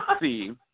see